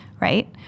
Right